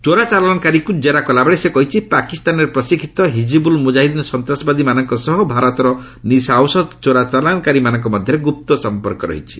ଚୋରା ଚାଲାଶକାରୀକୁ ଜେରା କଲାବେଳେ ସେ କହିଛି ପାକିସ୍ତାନରେ ପ୍ରଶିକ୍ଷିତ ହିଜିବୁଲ୍ ମୁଜାହିଦିନ ସଂତ୍ରାସବାଦୀମାନଙ୍କ ସହ ଭାରତର ନିଶା ଔଷଧ ଚୋରା ଚାଲାଶକାରୀମାନଙ୍କ ମଧ୍ୟରେ ଗୁପ୍ତ ସଂପର୍କ ରହିଛି